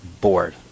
bored